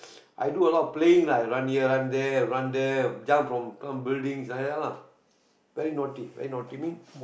i do a lot of playing lah I run here run there run there jump from buildings and ya lah very naughty very naughty me